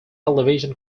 television